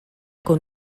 con